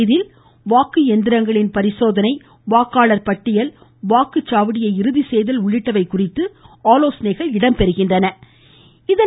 இதில் வாக்கு எந்திரம் பரிசோதனை வாக்காளர் பட்டியல் வாக்குச்சாவடி இறுதி செய்தல் உள்ளிட்டவைக் குறித்து ஆலோசனை மேற்கொள்கிறார்